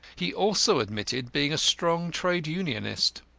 he also admitted being a strong trade unionist,